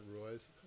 Royce